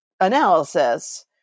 analysis